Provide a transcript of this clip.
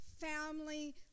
family